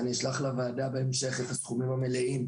אני אשלח לוועדה בהמשך את הסכומים המלאים